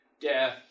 death